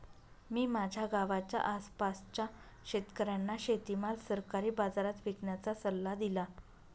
मी माझ्या गावाच्या आसपासच्या शेतकऱ्यांना शेतीमाल सरकारी बाजारात विकण्याचा सल्ला दिला